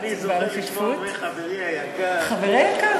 אם אני זוכה לשמוע ממך "חברי היקר" חברי היקר,